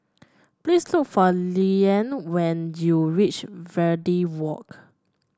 please look for Lilyan when you reach Verde Walk